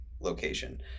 location